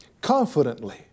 confidently